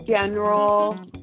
general